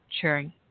cheering